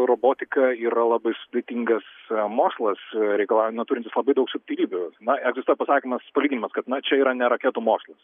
robotika yra labai sudėtingas mokslas reikalauja na turintis labai daug subtilybių na egzistuoja pasakymas palyginimas kad na čia yra ne raketų mokslas